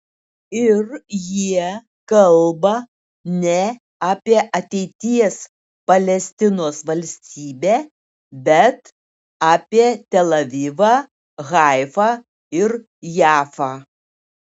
ir jie kalba ne apie ateities palestinos valstybę bet apie tel avivą haifą ir jafą